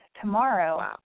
Tomorrow